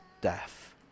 death